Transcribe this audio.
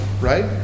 right